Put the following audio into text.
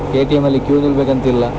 A T M ಅಲ್ಲಿ queue ನಿಲ್ಬೇಕು ಅಂತಿಲ್ಲ